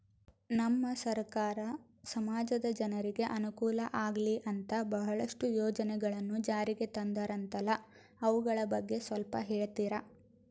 ನಮ್ಮ ಸರ್ಕಾರ ಸಮಾಜದ ಜನರಿಗೆ ಅನುಕೂಲ ಆಗ್ಲಿ ಅಂತ ಬಹಳಷ್ಟು ಯೋಜನೆಗಳನ್ನು ಜಾರಿಗೆ ತಂದರಂತಲ್ಲ ಅವುಗಳ ಬಗ್ಗೆ ಸ್ವಲ್ಪ ಹೇಳಿತೀರಾ?